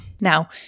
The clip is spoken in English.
Now